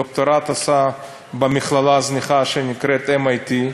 את הדוקטורט עשה במכללה הזניחה שנקראת MIT,